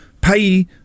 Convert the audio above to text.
pay